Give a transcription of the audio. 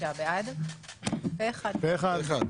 הצבעה בעד ההצעה להקדים את הדיון פה אחד ההצעה להקדים